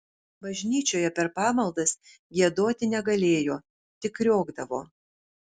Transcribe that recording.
bažnyčioje per pamaldas giedoti negalėjo tik kriokdavo